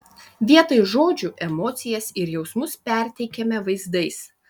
vietoj žodžių emocijas ir jausmus perteikiame vaizdais